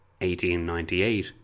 1898